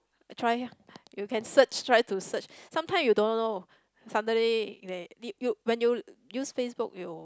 try you can search try to search sometimes you don't know somebody they did you when you use Facebook you